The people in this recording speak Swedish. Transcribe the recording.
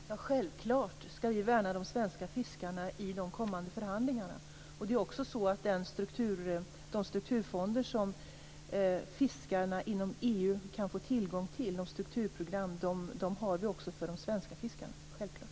Fru talman! Självklart skall vi värna de svenska fiskarna i de kommande förhandlingarna. De strukturprogram som fiskarna inom EU kan få tillgång till har vi också för de svenska fiskarna, självklart.